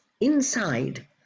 inside